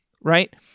right